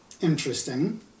Interesting